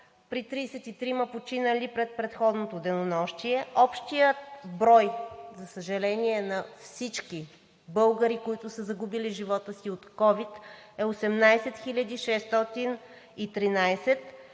при 33-ма починали през предходното денонощие. Общият брой, за съжаление, на всички българи, които са загубили живота си от ковид, е 18 613.